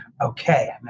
okay